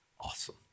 Awesome